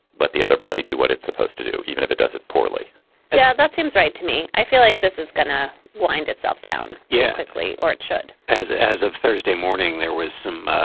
but the other body do what it's supposed to do. even if it does it poorly yeah, that seems right to me. i feel like this is gonna wind itself down. yeah, quickly. or it should as as of thursday morning, there was some